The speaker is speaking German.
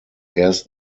erst